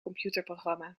computerprogramma